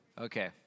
Okay